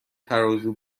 ترازو